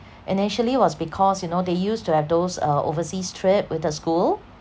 initially was because you know they used to have those uh overseas trip with the school